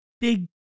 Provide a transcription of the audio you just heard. big